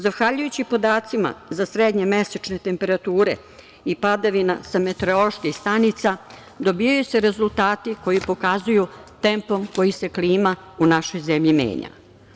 Zahvaljujući podacima za srednje mesečne temperature i padavina sa meteoroloških stanica dobijaju se rezultati koji pokazuju tempo kojim se klima u našoj zemlji menja.